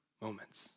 moments